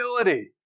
ability